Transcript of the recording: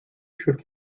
should